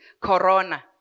Corona